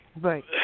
right